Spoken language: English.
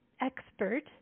expert